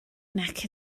nac